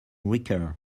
weaker